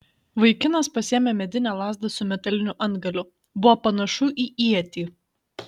vaikinas pasiėmė medinę lazdą su metaliniu antgaliu buvo panašu į ietį